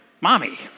mommy